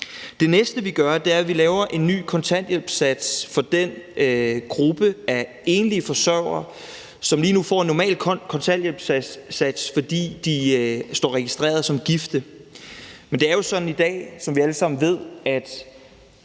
Det næste, vi gør, er, at vi laver en ny kontanthjælpssats for den gruppe af enlige forsørgere, som lige nu får en normal kontanthjælpssats for gifte forsøgere, fordi de står registreret som gifte. Men det er jo sådan i dag, som vi alle sammen ved, at